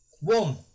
One